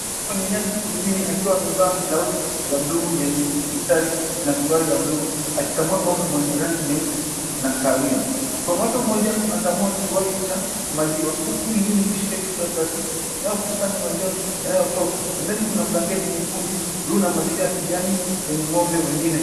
Kwenye nyasi kijijini akiwa amevaa blauzi ya blue yenye mistari na suruali ya blue, akikamua ng'ombe mwenye rangi nyeupe na kahawia. Mkono wake mmoja unakamua kiwavi cha maziwa huku mwingine ukishika chupa ya plastiki inayokusanya maziwa yanayotoka. Pembeni kuna blanketi nyekundu, blue na mazingira ya kijani yenye ng'ombe wengine.